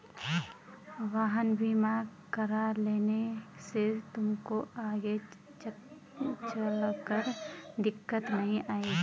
वाहन बीमा करा लेने से तुमको आगे चलकर दिक्कत नहीं आएगी